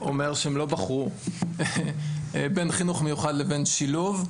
אומר שהם לא בחרו בין חינוך מיוחד לבין שילוב.